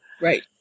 Right